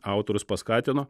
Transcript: autorius paskatino